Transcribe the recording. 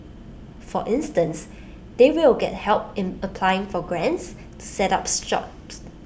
for instance they will get help in applying for grants to set up shops